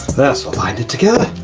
that's all bonded together.